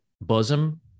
bosom